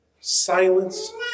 silence